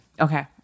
Okay